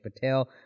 Patel